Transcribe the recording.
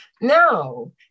No